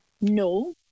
No